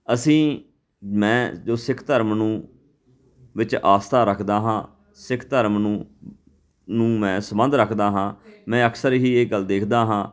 ਅਸੀਂ ਮੈਂ ਜੋ ਸਿੱਖ ਧਰਮ ਨੂੰ ਵਿੱਚ ਆਸਥਾ ਰੱਖਦਾ ਹਾਂ ਸਿੱਖ ਧਰਮ ਨੂੰ ਨੂੰ ਮੈਂ ਸੰਬੰਧ ਰੱਖਦਾ ਹਾਂ ਮੈਂ ਅਕਸਰ ਹੀ ਇਹ ਗੱਲ ਦੇਖਦਾ ਹਾਂ